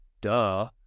Duh